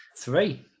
three